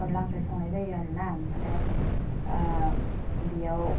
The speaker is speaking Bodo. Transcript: अनला ओंख्रै संनाय जायो आरोना ओमफ्राय बियाव